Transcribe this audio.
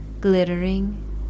glittering